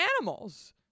animals